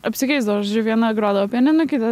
apsikeisdavo židžiu viena grodavo pianinu kita